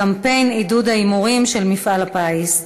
קמפיין עידוד ההימורים של מפעל הפיס,